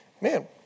man